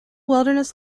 wilderness